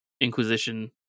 Inquisition